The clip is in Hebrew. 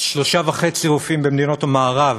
3.5 רופאים במדינות המערב.